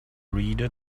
reader